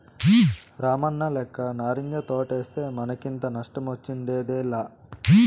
రామన్నలెక్క నారింజ తోటేస్తే మనకింత నష్టమొచ్చుండేదేలా